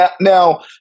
Now